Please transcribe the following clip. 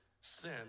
sin